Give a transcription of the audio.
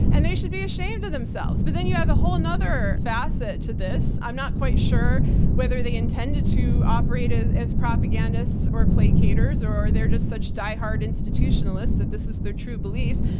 and they should be ashamed of themselves. but then you have the whole another facet to this. i'm not quite sure whether they intended to operate as as propagandists or placaters or they're just such diehard institutionalists that this was their true beliefs,